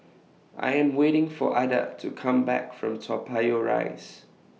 I Am waiting For Adda to Come Back from Toa Payoh Rise